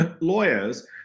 lawyers